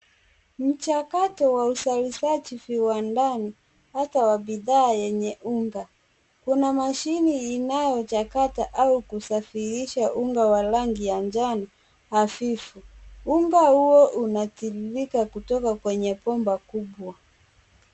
Mchakato wa uzalishaji viwandani, hata wabidhaa yenye unga. Kuna mashini inayochakata au kusafirisha unga wa rangi ya njano, hafifu. Unga huo unatiririka kutoka kwenye bomba kubwa.